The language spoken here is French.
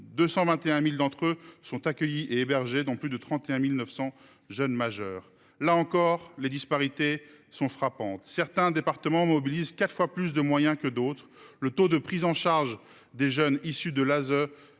221 000 d’entre eux étaient accueillis et hébergés, dont plus de 31 900 jeunes majeurs. Là encore, les disparités sont frappantes. Certains départements mobilisent quatre fois plus de moyens que d’autres et le taux de prise en charge des jeunes issus de l’aide